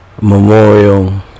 memorial